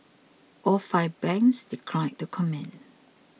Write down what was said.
all five banks declined to comment